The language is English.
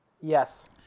Yes